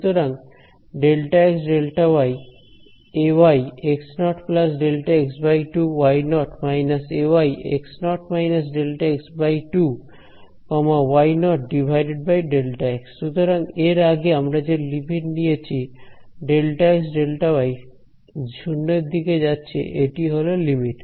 সুতরাং ΔxΔy Ay x0Δx2y0−Ay x0−Δx2y0 Δx সুতরাং এর আগে আমরা যে লিমিট নিয়েছি ΔxΔy → 0 এটি হলো লিমিট